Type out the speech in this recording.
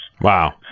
Wow